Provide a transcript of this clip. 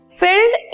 filled